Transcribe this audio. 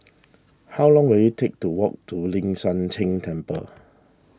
how long will it take to walk to Ling San Teng Temple